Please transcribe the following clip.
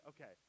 Okay